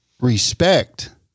respect